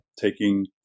taking